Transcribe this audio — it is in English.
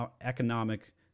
economic